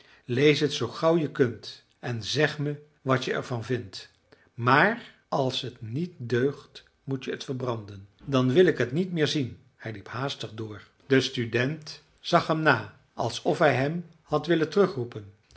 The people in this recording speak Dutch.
lees het zoo gauw je kunt en zeg me wat je er van vindt maar als het niet deugt moet je t verbranden dan wil ik het niet meer zien hij liep haastig door de student zag hem na alsof hij hem had willen